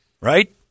right